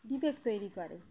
debate তৈরি করে